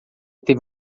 teve